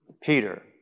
Peter